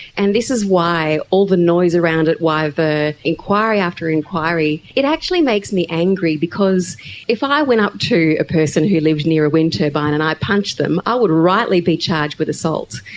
and this is why all the noise around it, why the inquiry after inquiry, it actually makes me angry because if i went up to a person who lived near a wind turbine and i punched them, i would rightly be charged with assault.